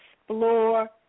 explore